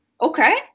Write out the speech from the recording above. okay